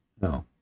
No